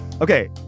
Okay